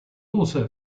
also